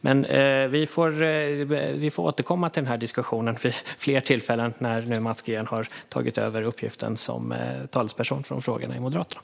Vi får fler tillfällen att återkomma till denna diskussion eftersom Mats Green har tagit över uppgiften som Moderaternas talesperson i dessa frågor.